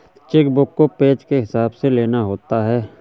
check book को page के हिसाब से लेना होता है